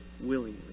willingly